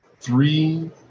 three